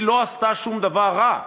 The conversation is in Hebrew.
היא לא עשתה שום דבר רע,